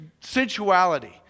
sensuality